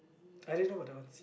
I didn't know what they want